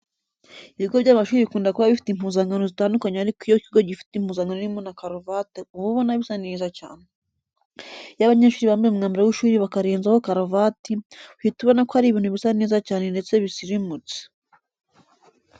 Ibigo by'amashuri bikunda kuba bifite impuzankano zitandukanye ariko iyo ikigo gifite impuzankano irimo na karavati uba ubona bisa neza cyane. Iyo abanyeshuri bambaye umwambaro w'ishuri bakarenzaho karavati uhita ubona ko ari ibintu bisa neza cyane ndetse bisirimutse.